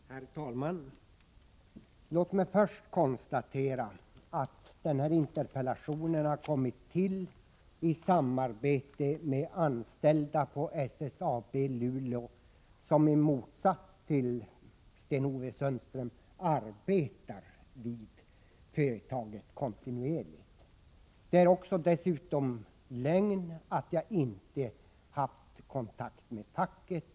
Herr talman! Låt mig först framhålla att min interpellation har kommit till i samarbete med anställda på SSAB i Luleå, som i motsats till Sten-Ove Sundström arbetar i företaget kontinuerligt. Det är dessutom en lögn att jag inte har haft kontakt med facket.